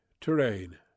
TERRAIN